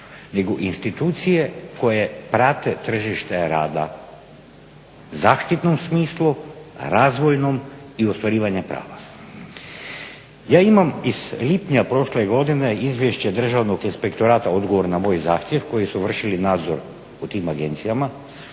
nego institucije koje prate tržište rada u zaštitnom smislu, razvojnom i ostvarivanje prava. Ja imam iz lipnja prošle godine izvješće Državnog inspektorata, odgovor na moj zahtjev koji su vršili nadzor u tim agencijama